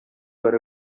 were